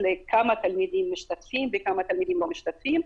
- כמה תלמידים משתתפים וכמה תלמידים לא משתתפים,